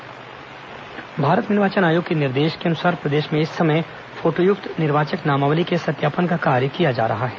मतदाता सूची पुनरीक्षण भारत निर्वाचन आयोग के निर्देश के अनुसार प्रदेश में इस समय फोटोयुक्त निर्वाचक नामावली के सत्यापन का कार्य किया जा रहा है